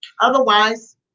Otherwise